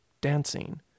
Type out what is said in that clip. dancing